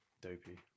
Dopey